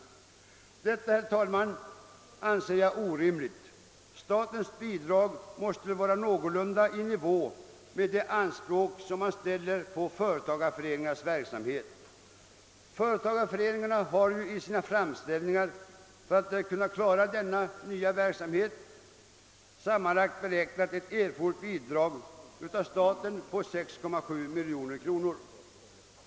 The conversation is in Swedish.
Detta, herr talman, anser jag orimligt. Statens bidrag måste ligga någorlunda i nivå med de anspråk man ställer på företagareföreningarnas verksamhet. Dessa har i sina framställningar beräknat att ett statligt bidrag på sammanlagt 6,7 miljoner kronor skulle erfordras för att klara denna nya verksamhet.